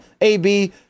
AB